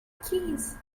keys